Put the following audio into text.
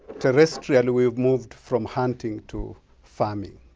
terrestrially, we've moved from hunting to farming.